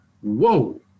whoa